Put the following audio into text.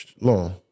long